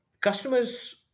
Customers